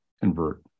convert